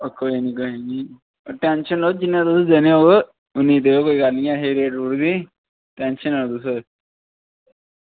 ओह् कोई निं कोई निं ओह् टैंशन निं लो जिन्ने तुस देने होग उन्ने देओ कोई गल्ल निं ऐ ही रेट रूट दी टैंशन निं लो तुस